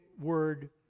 word